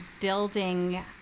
building